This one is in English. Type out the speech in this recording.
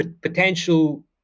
potential